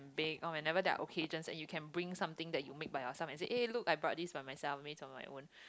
bake or whenever there are occasions and you can bring something that you make by yourself and say eh look I brought this by myself based on my own